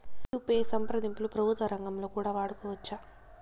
UPI సంప్రదింపులు ప్రభుత్వ రంగంలో కూడా వాడుకోవచ్చా?